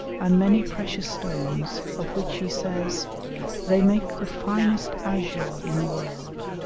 and many precious stones, of which he says they make the finest azure in the world,